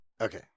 Okay